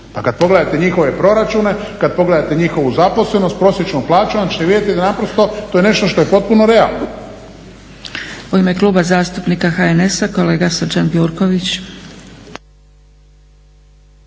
Pa kad pogledate njihove proračune, kad pogledate njihovu zaposlenost, prosječnu plaću onda ćete vidjeti da naprosto to je nešto što je potpuno realno.